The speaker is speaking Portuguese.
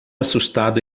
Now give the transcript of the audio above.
assustado